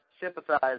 sympathize